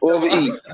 Overeat